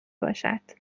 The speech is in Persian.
باشد